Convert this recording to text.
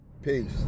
Peace